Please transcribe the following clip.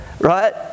Right